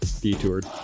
detoured